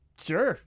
Sure